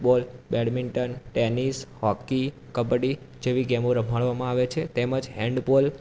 football badminton tennis hockey kabaddi જેવી ગેમો રમાડવામાં આવે છે તેમજ હેન્ડબોલ